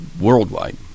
worldwide